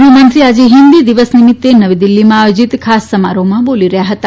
ગૃહમંત્રી આજે હિન્દી દિવસ નિમિત્તે નવી દિલ્હીમાં આયોજીત ખાસ સમારોહમાં બોલી રહ્યા હતા